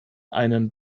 einen